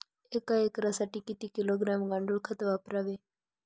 एक एकरसाठी किती किलोग्रॅम गांडूळ खत वापरावे?